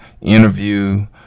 interview